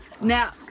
Now